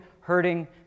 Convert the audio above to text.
hurting